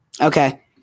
Okay